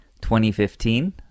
2015